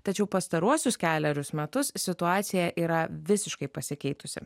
tačiau pastaruosius kelerius metus situacija yra visiškai pasikeitusi